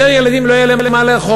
יותר ילדים לא יהיה להם מה לאכול.